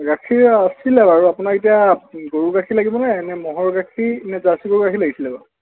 গাখীৰ আছিলে বাৰু আপোনাক এতিয়া গৰু গাখীৰ লাগিব নে ম'হৰ গাখীৰ নে জাৰ্চি গৰুৰ লাগিছিলে বাৰু